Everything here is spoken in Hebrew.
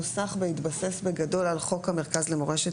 נוסח בהתבסס בגדול על חוק המרכז למורשת